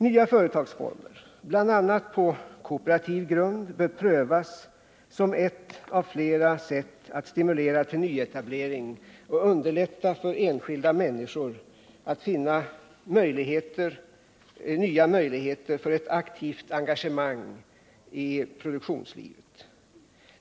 Nya företagsformer, bl.a. på kooperativ grund, bör prövas som ett av flera sätt att stimulera till nyetablering och underlätta för enskilda människor att finna nya möjligheter till ett aktivt engagemang i produktionslivet.